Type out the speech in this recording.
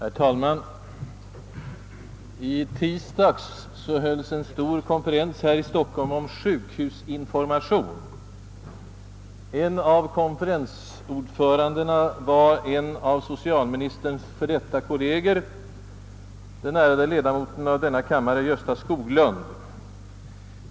Herr talman! I tisdags hölls i Stockholm en stor konferens om sjukhusinformation. En av konferensordförandena var en av socialministerns före detta kolleger, den ärade ledamoten av denna kammare Gösta Skoglund.